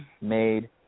made